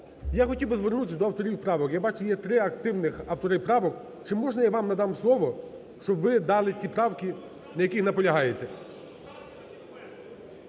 я хотів би звернутись до авторів правок, я бачу, є три активних автори правок. Чи можна я вам надам слово, щоб ви дали ці правки, на яких наполягаєте?